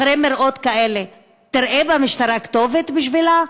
אחרי מראות כאלה, תראה במשטרה כתובת בשבילה?